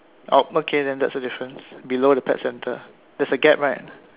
oh okay then that's a difference below the pet centre there's a gap right